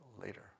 later